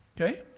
Okay